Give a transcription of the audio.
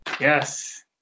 Yes